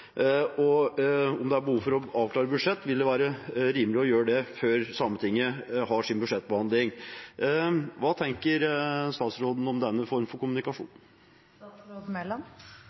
korrespondanse om dette. Om det er behov for å avklare budsjett, vil det være rimelig å gjøre det før Sametinget har sin budsjettbehandling. Hva tenker statsråden om denne formen for kommunikasjon?